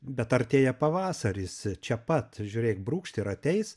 bet artėja pavasaris čia pat žiūrėk brūkšt ir ateis